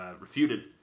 refuted